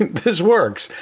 this works.